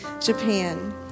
Japan